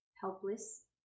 helpless